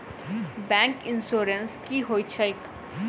Bank insurance की होइत छैक?